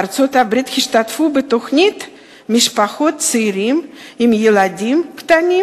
בארצות-הברית השתתפו בתוכנית משפחות צעירות עם ילדים קטנים.